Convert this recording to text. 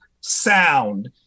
sound